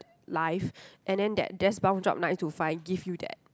life and then that desk bound job nine to five give you that